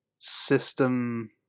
system